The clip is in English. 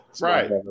Right